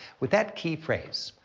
with that key phrase,